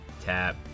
tap